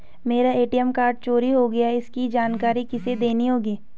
मेरा ATM card चोरी हो गया है इसकी जानकारी किसे देनी होगी?